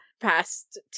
past